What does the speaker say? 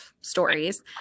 stories